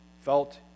felt